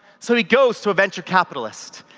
so he goes to venture capitalists.